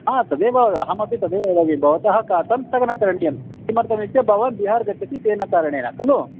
ह तदेव अहमपि तदेव वदामि भवतः कातं स्थगनं करणीयं किमर्थमिति भवान् बिहार् गच्छति तेन कारणेन खलु